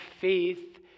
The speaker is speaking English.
faith